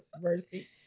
mercy